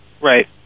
Right